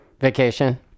Vacation